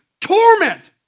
torment